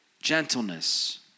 Gentleness